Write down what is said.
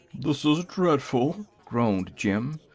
this is dreadful! groaned jim.